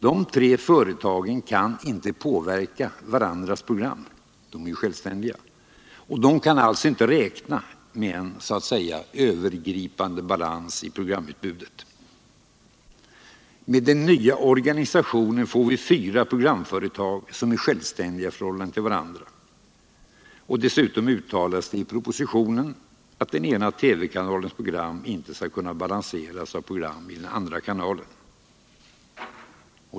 De tre företagen kan inte påverka varandras program — de är ju självständiga — och de kan alltså inte räkna med en så att säga övergripande balans i programutbudet. Med den nya organisationen får vi fyra programföretag som är självständiga i förhållande till varandra, och dessutom uttalas det i propositionen att den ena TV-kanalens program inte skall kunna balanseras av program i den andra kanalen.